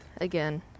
Again